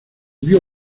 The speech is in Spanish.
vio